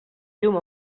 llum